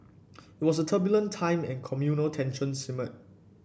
it was a turbulent time and communal tensions simmered